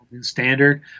standard